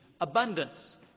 abundance